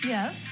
Yes